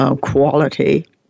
Quality